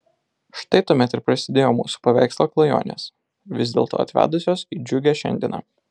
štai tuomet ir prasidėjo mūsų paveikslo klajonės vis dėlto atvedusios į džiugią šiandieną